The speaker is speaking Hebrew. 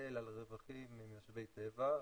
ההיטל על רווחים משאבי טבע,